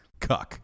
Cuck